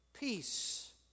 Peace